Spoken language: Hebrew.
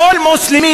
כל מוסלמי,